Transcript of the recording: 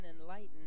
enlightened